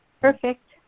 perfect